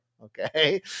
Okay